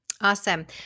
Awesome